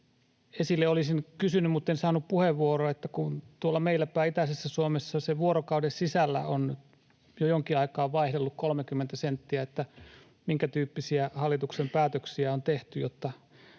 esille. Olisin kysynyt, mutten saanut puheenvuoroa, että kun tuolla meillä päin itäisessä Suomessa se vuorokauden sisällä on jo jonkin aikaa vaihdellut 30 senttiä, niin minkätyyppisiä hallituksen päätöksiä on tehty, jotta